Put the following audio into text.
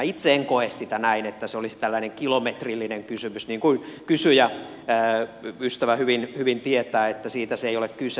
itse en koe sitä näin että se olisi tällainen kilometrillinen kysymys niin kuin kysyjä ystävä hyvin tietää että siitä ei ole kyse